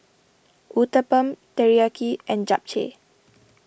Uthapam Teriyaki and Japchae